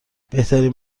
بهترین